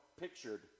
pictured